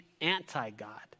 anti-God